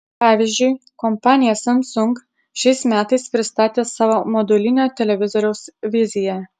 pavyzdžiui kompanija samsung šiais metais pristatė savo modulinio televizoriaus viziją